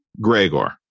Gregor